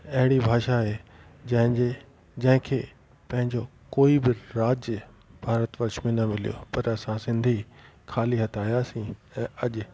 अहिड़ी भाषा आहे जंहिंजे जंहिंखे पंहिंजो कोई बि राज्य भारत वर्ष में न मिलियो आहे पर असां सिंधी खाली हथु आहियासीं ऐं अॼ